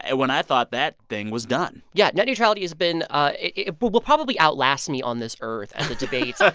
and when i thought that thing was done yeah. net neutrality has been ah it will probably outlast me on this earth, and the debate. so